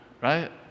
right